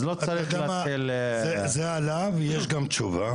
אז לא צריך להתחיל --- זה עלה ויש גם תשובה.